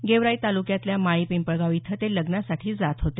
गेवराई तालुक्यातल्या माळी पिंपळगाव इथं ते लग्नासाठी जात होते